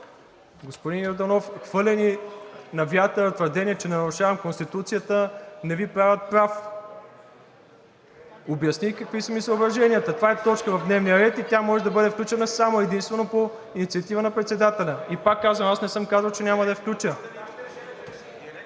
Господин Йорданов, хвърлени на вятъра твърдения, че нарушавам Конституцията, не Ви правят прав. Обясних какви са ми съображенията. Това е точка в дневния ред и тя може да бъде включена само и единствено по инициатива на председателя. Повтарям, аз не съм казал, че няма да я включа.